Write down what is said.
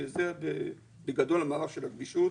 זה בגדול המערך של הגמישות.